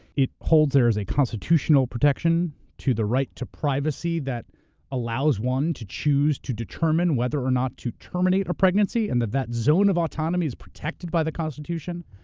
it holds there as a constitutional protection to the right to privacy that allows one to choose to determine whether or not to terminate a pregnancy and that that zone of autonomy is protected by the constitution.